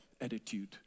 attitude